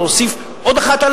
להוסיף לנו עוד אחת?